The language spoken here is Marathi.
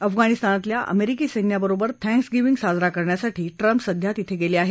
अफगाणिस्तानातल्या अमेरिकी सैन्याबरोबर थैंक्सगिव्हिंग साजरा करण्यासाठी ट्टम्प सध्या तिथे गेले आहेत